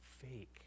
fake